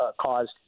caused